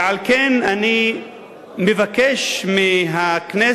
ועל כן אני מבקש מהכנסת